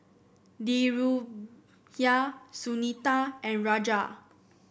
Dhirubhai Sunita and Raja